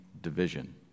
division